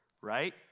right